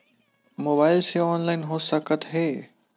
Mobile से online हो सकत हे?